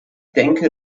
denke